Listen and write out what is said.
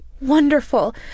wonderful